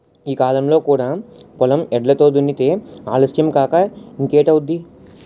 ఈ కాలంలో కూడా పొలం ఎడ్లతో దున్నితే ఆలస్యం కాక ఇంకేటౌద్ది?